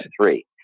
three